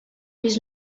vist